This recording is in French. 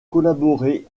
collaboré